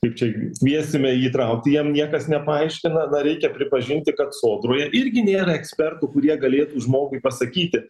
kaip čia kviesime jį įtraukti jam niekas nepaaiškina na reikia pripažinti kad sodroje irgi nėra ekspertų kurie galėtų žmogui pasakyti